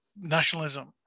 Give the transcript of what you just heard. nationalism